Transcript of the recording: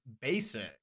basic